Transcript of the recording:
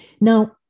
Now